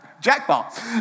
Jackpot